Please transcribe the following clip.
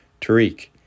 Tariq